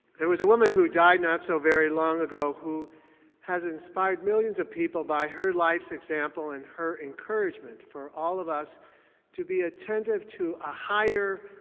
there was a woman who died not so very long ago who has inspired millions of people by her life's example and her encouragement for all of us to be attentive to a higher,